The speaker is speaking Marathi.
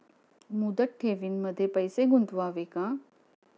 मुदत ठेवींमध्ये पैसे गुंतवावे का?